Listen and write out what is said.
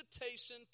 invitation